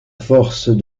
force